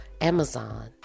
Amazon